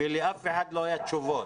אין תשובות.